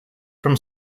from